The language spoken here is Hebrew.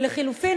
או לחלופין,